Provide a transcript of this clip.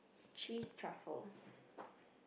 cheese truffle